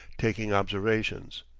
taking observations.